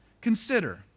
Consider